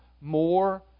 more